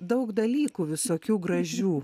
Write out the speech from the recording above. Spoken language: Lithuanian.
daug dalykų visokių gražių